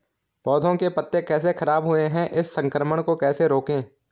पौधों के पत्ते कैसे खराब हुए हैं इस संक्रमण को कैसे रोकें?